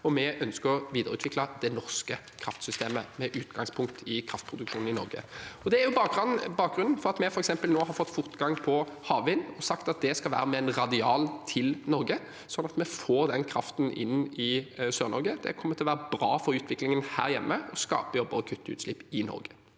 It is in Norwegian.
og vi ønsker å videreutvikle det norske kraftsystemet med utgangspunkt i kraftproduksjonen i Norge. Det er bakgrunnen for at vi f.eks. har fått fortgang på havvind nå og sagt at det skal være med en radial til Norge, sånn at vi får den kraften inn i Sør-Norge. Det kommer til å være bra for utviklingen her hjemme og skape jobber og kutte utslipp i Norge.